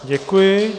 Děkuji.